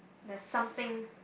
there's something